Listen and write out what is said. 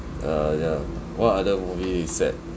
ah ya what other movie is sad